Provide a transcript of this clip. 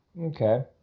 Okay